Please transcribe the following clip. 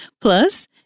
Plus